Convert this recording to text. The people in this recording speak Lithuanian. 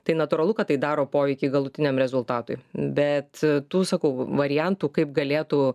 tai natūralu kad tai daro poveikį galutiniam rezultatui bet tų sakau variantų kaip galėtų